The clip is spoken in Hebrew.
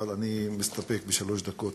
אבל אני מסתפק בשלוש דקות.